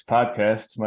Podcast